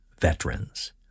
veterans